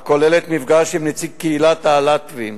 הכוללת מפגש עם נציג קהילת הלהט"בים,